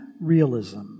realism